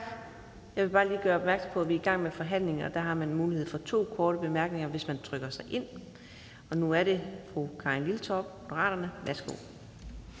Jeg vil bare lige gøre opmærksom på, at vi er i gang med forhandlinger, og der har man mulighed for to korte bemærkninger, hvis man trykker sig ind. Nu er det fru Karin Liltorp, Moderaterne. Værsgo.